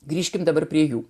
grįžkime dabar prie jų